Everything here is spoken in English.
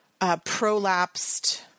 prolapsed